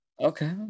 Okay